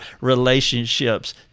relationships